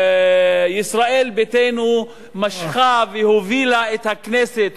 ישראל ביתנו משכה והובילה את הכנסת,